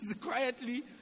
quietly